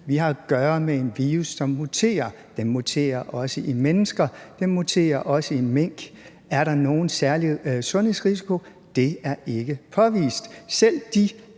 Vi har at gøre med en virus, som muterer. Den muterer i mennesker, og den muterer også i mink. Er der nogen særlig sundhedsrisiko? Det er ikke påvist.